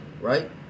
right